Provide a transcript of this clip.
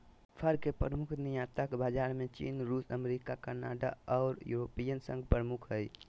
फर के प्रमुख निर्यातक बाजार में चीन, रूस, अमेरिका, कनाडा आर यूरोपियन संघ प्रमुख हई